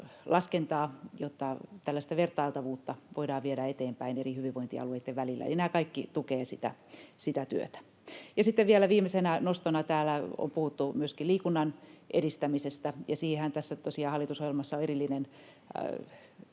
laskentaa, jotta tällaista vertailtavuutta voidaan viedä eteenpäin eri hyvinvointialueitten välillä. Nämä kaikki tukevat sitä työtä. Sitten vielä viimeisenä nostona: Täällä on puhuttu myöskin liikunnan edistämisestä, ja siihenhän tosiaan tässä hallitusohjelmassa on tämmöinen